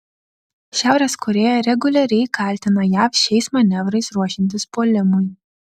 šiaurės korėja reguliariai kaltina jav šiais manevrais ruošiantis puolimui